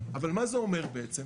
אבל מה זה אומר בעצם?